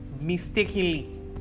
mistakenly